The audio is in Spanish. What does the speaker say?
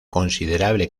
considerable